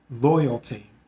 loyalty